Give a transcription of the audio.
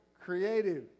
creative